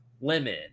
lemon